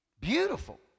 Beautiful